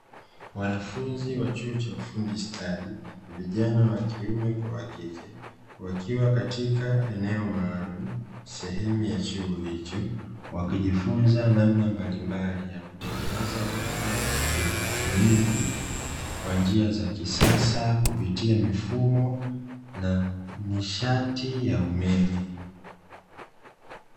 Wanafunzi wa chuo cha ufundi stadi, vijana wa kiume kwa wa kike, wakiwa katika eneo maalumu, sehemu ya chuo hicho wakijifunza namna mbalimbali ya kutengeneza vifaa vya kielektroniki, kwa njia za kisasa kupitia mifumo, na nishati ya umeme.